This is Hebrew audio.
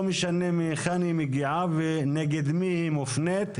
לא משנה מהיכן היא מגיעה ונגד מי היא מופנית,